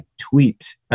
tweet